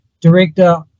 director